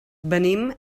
venim